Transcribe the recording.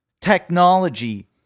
technology